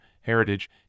Heritage